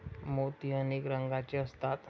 मोती अनेक रंगांचे असतात